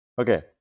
Okay